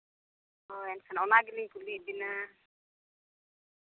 ᱦᱳᱭ ᱮᱱᱠᱷᱟᱱ ᱚᱱᱟ ᱜᱮᱞᱤᱧ ᱠᱩᱞᱤᱭᱮᱫ ᱵᱤᱱᱟ